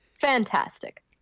fantastic